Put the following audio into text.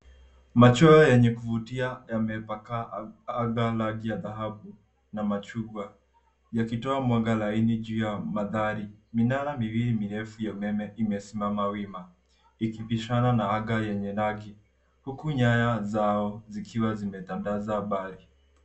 Machweo yenye kuvutia yamepakaa anga rangi ya dhahabu na machungwa yakitoa mwanga laini juu ya mandhari. Minara miwili mirefu ya umeme imesimama wima ikibishana na anga yenye rangi huku nyaya zao zikiwa zimetandaza mbali.